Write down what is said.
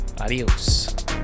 adios